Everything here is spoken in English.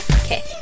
Okay